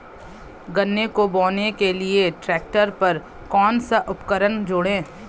गन्ने को बोने के लिये ट्रैक्टर पर कौन सा उपकरण जोड़ें?